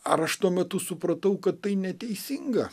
ar aš tuo metu supratau kad tai neteisinga